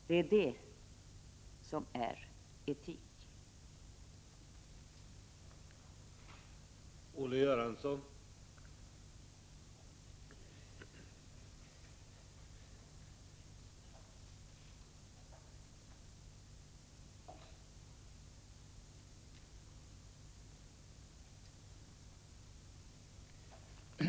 Det är det som är etik.